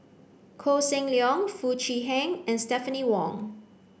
Koh Seng Leong Foo Chee Han and Stephanie Wong